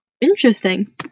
interesting